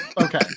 okay